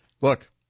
Look